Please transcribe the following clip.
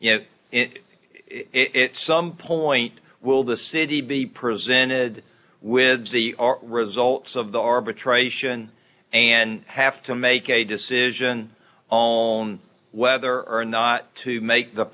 it some point will the city be presented with the results of the arbitration and have to make a decision on whether or not to make the